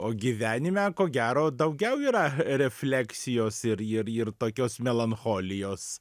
o gyvenime ko gero daugiau yra refleksijos ir ir ir tokios melancholijos